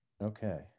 Okay